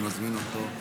אני מזמין אותו.